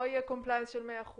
לא יהיה compliance של 100%,